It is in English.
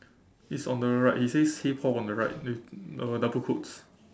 it's on the right it says hey Paul on the right with uh double quotes